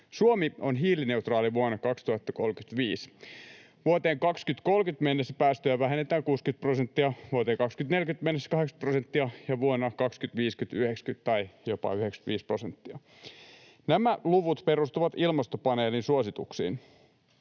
Suomi on hiilineutraali vuonna 2035. Vuoteen 2030 mennessä päästöjä vähennetään 60 prosenttia, vuoteen 2040 mennessä 80 prosenttia ja vuoteen 2050 mennessä 90 tai jopa 95 prosenttia. Nämä luvut perustuvat ilmastopaneelin suosituksiin.